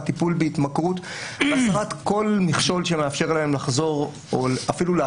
ובהתאם לזה גזרנו את